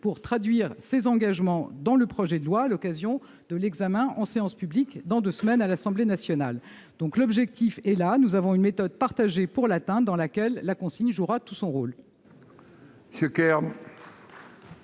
pour traduire ces engagements dans le projet de loi, à l'occasion de l'examen en séance publique, dans deux semaines, à l'Assemblée nationale. L'objectif est là. Nous avons, pour l'atteindre, une méthode partagée, dans laquelle la consigne jouera tout son rôle.